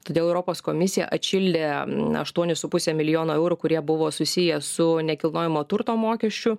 todėl europos komisija atšildė aštuonis su puse milijono eurų kurie buvo susiję su nekilnojamo turto mokesčiu